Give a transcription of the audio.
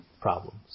problems